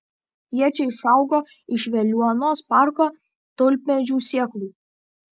jie čia išaugo iš veliuonos parko tulpmedžių sėklų